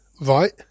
Right